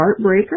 Heartbreaker